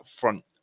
front